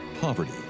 Poverty